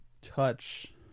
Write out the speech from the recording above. Touch